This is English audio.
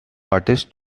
artists